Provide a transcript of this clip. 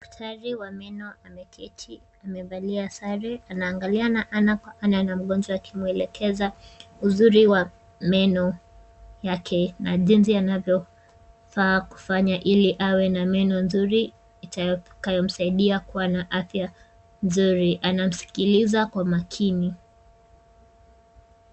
Daktari wa meno ameketi amevalia sare. Anaangaliana ana kwa ana na mgonjwa akimwelekeza uzuri wa meno yake na jinsi anavyofaa kufanya ili awe na meno nzuri itakayomsaidia kuwa na afya nzuri. Anamsikikiza kwa makini.